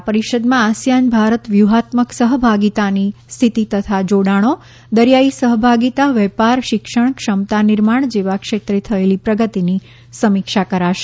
આ પરિષદમાં આસિયાન ભારત વ્યૂહાત્મક સહભાગિતાની સ્થિતિ તથા જોડાણો દરિયાઇ સહભાગીતા વેપાર શિક્ષણ ક્ષમતા નિર્માણ જેવા ક્ષેત્રે થયેલી પ્રગતિની સમીક્ષા કરાશે